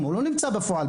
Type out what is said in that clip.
למרות שהוא לא נמצא בכיתה.